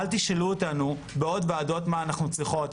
אל תשאלו אותנו בעוד ועדות מה אנחנו צריכות.